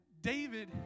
David